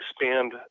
expand